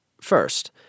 First